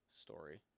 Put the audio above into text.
story